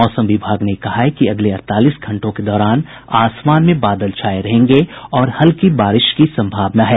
मौसम विभाग ने कहा है कि अगले अड़तालीस घंटों के दौरान आसमान में बादल छाये रहेंगे और हल्की बारिश की संभावना है